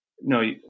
No